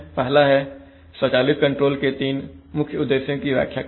पहला है स्वचालित कंट्रोल के तीन मुख्य उद्देश्यों की व्याख्या करें